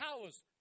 towers